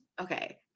okay